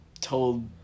told